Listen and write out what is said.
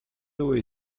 away